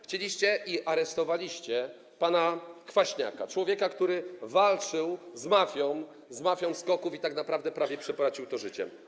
Chcieliście, aresztowaliście pana Kwaśniaka, człowieka, który walczył z mafią SKOK-ów i tak naprawdę prawie przypłacił to życiem.